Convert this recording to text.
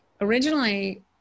originally